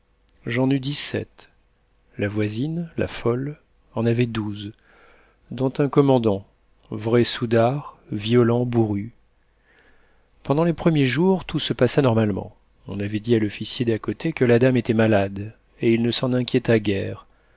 j'en eus dix-sept la voisine la folle en avait douze dont un commandant vrai soudard violent bourru pendant les premiers jours tout se passa normalement on avait dit à l'officier d'à côté que la dame était malade et il ne s'en inquiéta guère